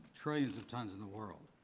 trillions of tons in the world,